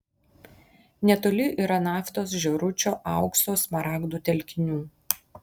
netoli yra naftos žėručio aukso smaragdų telkinių